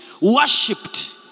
worshipped